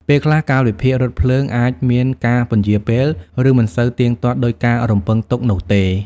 ពេលខ្លះ កាលវិភាគរថភ្លើងអាចមានការពន្យារពេល ឬមិនសូវទៀងទាត់ដូចការរំពឹងទុកនោះទេ។